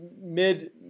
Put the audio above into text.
mid